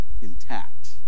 intact